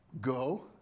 go